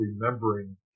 remembering